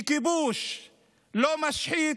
שכיבוש לא משחית,